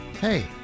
Hey